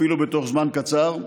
אפילו בתוך זמן קצר.